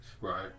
Right